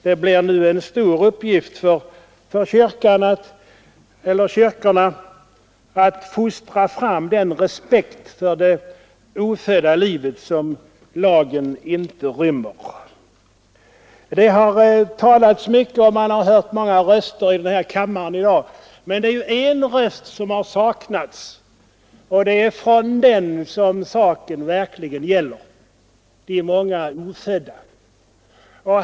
Det blir nu en stor uppgift för kyrkorna att fostra fram den respekt för det ofödda livet som lagen inte inrymmer. Många röster har hörts i denna kammare i dag, men en har saknats, nämligen rösten från dem det verkligen gäller: de många ofödda.